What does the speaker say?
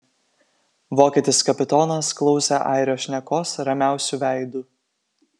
vokietis kapitonas klausė airio šnekos ramiausiu veidu